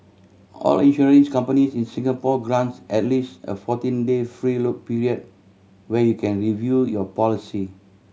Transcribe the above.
all insurance companies in Singapore grants at least a fourteen day free look period where you can review your policy